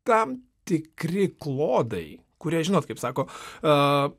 tam tikri klodai kurie žinot kaip sako aaa